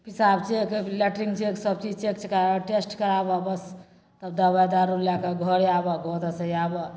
पेशाब check latrine check सब चीज चेक कराबऽ टेस्ट कराबऽ बस तब दबाइ दारु लै कऽ घर आबऽ ओतऽ से आबऽ